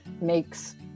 makes